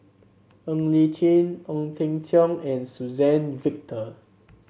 Ng Li Chin Ong Teng Cheong and Suzann Victor